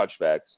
touchbacks